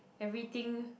everything